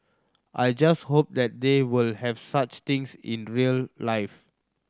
I just hope that they will have such things in real life